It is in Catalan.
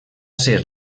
ser